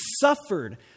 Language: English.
suffered